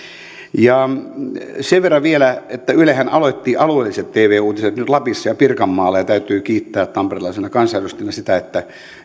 sen verran vielä että ylehän aloitti alueelliset tv uutiset nyt lapissa ja pirkanmaalla ja täytyy kiittää tamperelaisena kansanedustaja sitä että